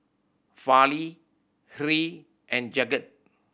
Fali Hri and Jagat